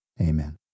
amen